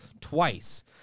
twice